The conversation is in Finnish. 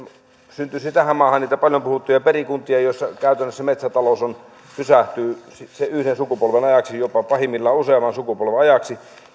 syntyisi tähän maahan niitä paljon puhuttuja perikuntia joissa käytännössä metsätalous pysähtyy yhden sukupolven ajaksi jopa pahimmillaan useamman sukupolven ajaksi